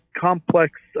complex